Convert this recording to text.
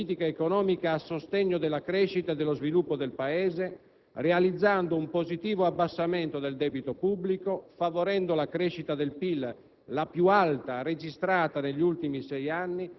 Si è lavorato, infatti, per affermare una politica economica a sostegno della crescita e dello sviluppo del Paese, realizzando un positivo abbassamento del debito pubblico, favorendo la crescita del PIL